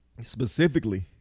specifically